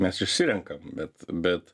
mes išsirenkam bet bet